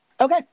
Okay